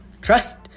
trust